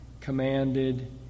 commanded